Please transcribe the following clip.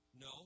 No